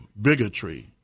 bigotry